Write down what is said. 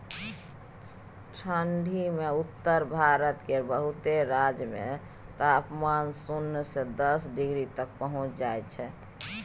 ठंढी मे उत्तर भारत केर बहुते राज्य सब मे तापमान सुन्ना से दस डिग्री तक पहुंच जाइ छै